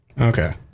Okay